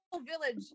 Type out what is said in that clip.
village